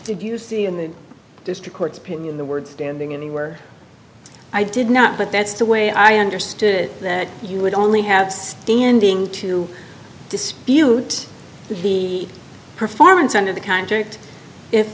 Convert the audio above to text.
did you see in the district court's opinion the word standing anywhere i did not but that's the way i understood it that you would only have standing to dispute the performance under the contract if